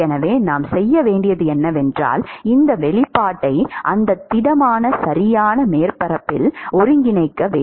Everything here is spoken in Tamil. எனவே நாம் செய்ய வேண்டியது என்னவென்றால் இந்த வெளிப்பாட்டை அந்த திடமான சரியான மேற்பரப்பில் ஒருங்கிணைக்க வேண்டும்